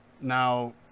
now